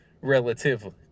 Relatively